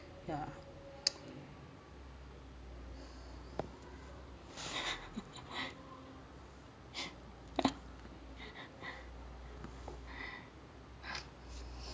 yeah